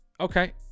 Okay